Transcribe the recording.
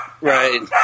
Right